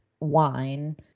wine